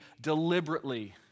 deliberately